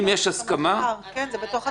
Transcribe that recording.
אם יש הסכמה -- זה בתוך התקציב,